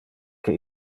que